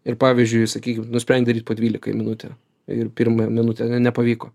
ir pavyzdžiui sakykim nusprendei daryt po dvyliką į minutę ir pirmą minutę ne nepavyko